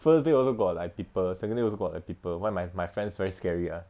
first day also got like people second day also got like people why my my friends very scary ah